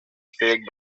faked